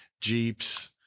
Jeeps